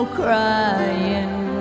crying